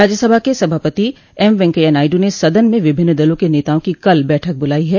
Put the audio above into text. राज्य सभा के सभापति एम वेंकैया नायड् ने सदन में विभिन्न दलों के नेताओं की कल बैठक बुलाई है